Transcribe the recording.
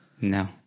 No